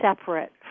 separate